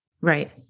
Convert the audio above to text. Right